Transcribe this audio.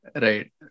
Right